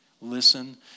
Listen